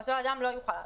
אותו אדם לא יוכל לעלות.